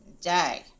day